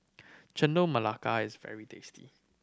Chendol Melaka is very tasty